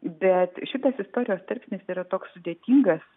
bet šitas istorijos tarpsnis yra toks sudėtingas